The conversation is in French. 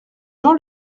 jean